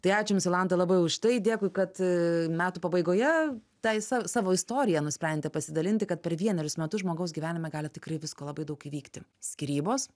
tai ačiū jums jolanta labai už tai dėkui kad metų pabaigoje tai sav savo istorija nusprente pasidalinti kad per vienerius metus žmogaus gyvenime gali tikrai visko labai daug įvykti skyrybos